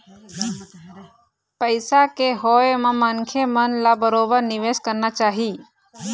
पइसा के होय म मनखे मन ल बरोबर निवेश करना चाही